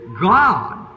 God